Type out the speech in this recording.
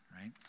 right